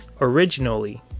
originally